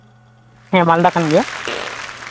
ᱦᱮᱸ ᱢᱟᱞᱫᱟ ᱠᱟᱱ ᱜᱮᱭᱟ